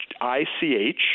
I-C-H